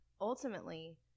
ultimately